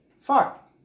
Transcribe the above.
Fuck